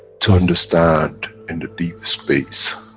to understand in the deep space,